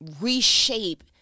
reshape